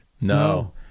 No